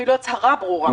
אפילו הצהרה ברורה.